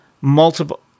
Multiple